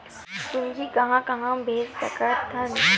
पूंजी कहां कहा भेज सकथन?